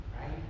Right